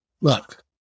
look